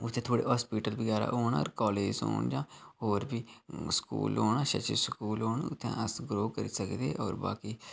उत्थै थोह्ड़े हास्पिटल बगैरा होन कालेज होन ते होर बी स्कूल होन अच्छे अच्छे स्कूल होन उत्थै अस ग्रो करी सकदे होर बाकी